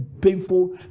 painful